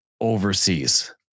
overseas